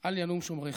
אל ינום שֹׁמרך.